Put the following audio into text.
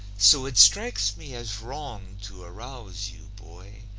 so it strikes me as wrong to arouse you, boy,